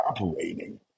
operating